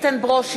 בבקשה.